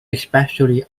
especially